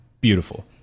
beautiful